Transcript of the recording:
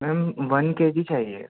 میم one K G چاہیے